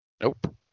Nope